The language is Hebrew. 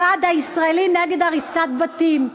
"הוועד הישראלי נגד הריסת בתים".